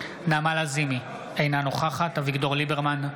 נעמה לזימי, אינה נוכחת אביגדור ליברמן,